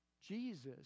Jesus